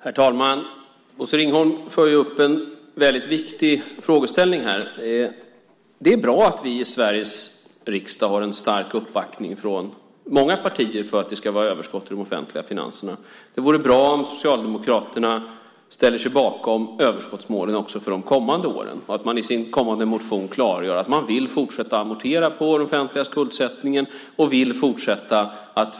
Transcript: Herr talman! Bosse Ringholm för fram en viktig frågeställning. Det är bra att vi i Sveriges riksdag har en stark uppbackning från många partier för att det ska vara överskott i de offentliga finanserna. Det vore bra om Socialdemokraterna ställde sig bakom överskottsmålen också för de kommande åren och i sin kommande motion klargjorde att man vill fortsätta att amortera på den offentliga skuldsättningen och